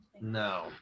No